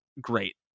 great